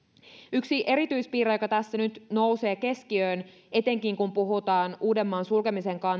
yksi erityispiirre joka tässä nyt nousee keskiöön etenkin kun puhutaan uudenmaan sulkemisen